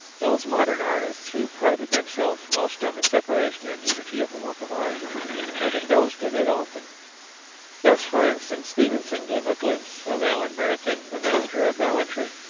those modern artists who pride themselves most on the separation and unity of a work of art have indulged in it often thus, for instance, stevenson gave a glimpse of alan breck in the master of ballantrae,